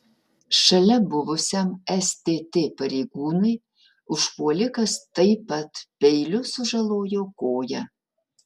šalia buvusiam stt pareigūnui užpuolikas taip pat peiliu sužalojo koją